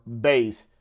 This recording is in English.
base